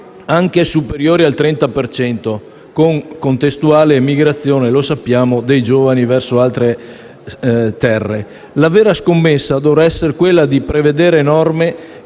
anche superiori al 30 per cento, e contestuale migrazione - lo sappiamo - dei giovani verso altre terre. La vera scommessa dovrà essere quella di prevedere norme